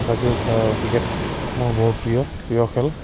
তথাপিও খেল ক্ৰিকেট মোৰ বৰ প্ৰিয় প্ৰিয় খেল